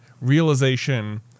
realization